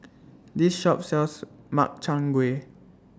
This Shop sells Makchang Gui